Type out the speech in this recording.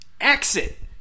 Exit